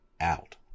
out